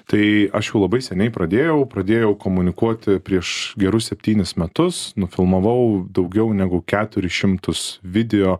tai aš jau labai seniai pradėjau pradėjau komunikuoti prieš gerus septynis metus nufilmavau daugiau negu keturis šimtus video